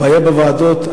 הבעיה בוועדות,